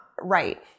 right